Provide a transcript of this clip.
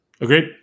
Agreed